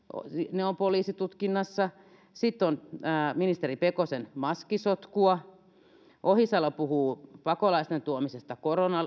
ne ovat poliisitutkinnassa sitten on ministeri pekosen maskisotkua ohisalo puhuu pakolaisten tuomisesta